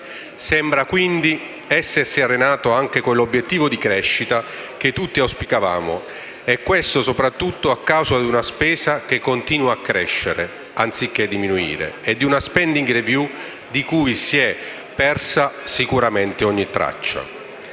Sembra, quindi, essersi arenato anche quell'obiettivo di crescita che tutti auspicavamo, e questo soprattutto a causa di una spesa che continua a crescere, anziché diminuire, e di una *spending review* di cui si è persa ogni traccia.